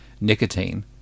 nicotine